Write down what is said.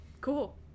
cool